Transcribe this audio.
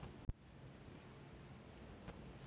घरात बसून मी माझे खाते हाताळू शकते का?